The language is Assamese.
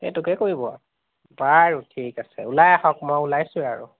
সেইটোকে কৰিব আৰু বাৰু ঠিক আছে ওলাই আহক মই ওলাইছোৱেঁই আৰু